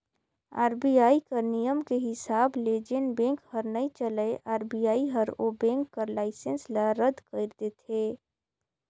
RBI कर नियम के हिसाब ले जेन बेंक हर नइ चलय आर.बी.आई हर ओ बेंक कर लाइसेंस ल रद कइर देथे